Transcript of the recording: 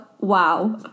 Wow